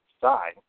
side